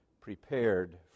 prepared